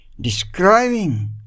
describing